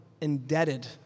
indebted